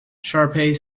sharpe